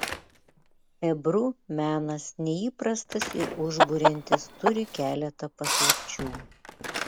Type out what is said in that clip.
ebru menas neįprastas ir užburiantis turi keletą paslapčių